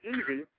Easy